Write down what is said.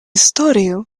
историю